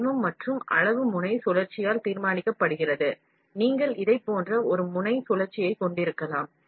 வடிவம் மற்றும் அளவு முனை சுழற்சியால் தீர்மானிக்கப்படுகிறது நீங்கள் இதைப் போன்ற ஒரு முனை சுழற்சியைக் கொண்டிருக்கலாம்